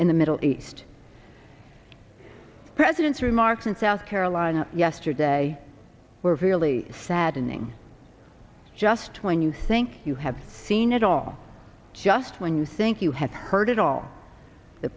in the middle east president's remarks in south carolina yesterday were visually saddening just when you think you have seen it all just when you think you have heard it all the